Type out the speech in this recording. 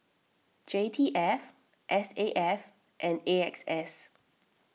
J T F S A F and A X S